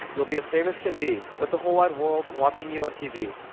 you'll be as famous can be, with the whole wide world watching you on tv.